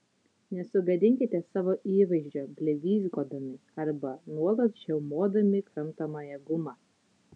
nesugadinkite savo įvaizdžio blevyzgodami arba nuolat žiaumodami kramtomąją gumą